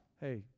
hey